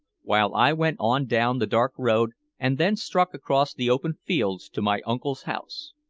while i went on down the dark road and then struck across the open fields to my uncle's house.